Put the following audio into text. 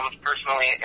personally